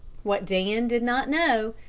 what dan did not know,